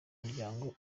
muryango